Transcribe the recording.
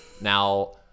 Now